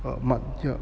eh matured